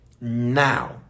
Now